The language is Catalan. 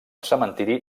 cementiri